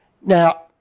Now